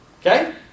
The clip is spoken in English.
Okay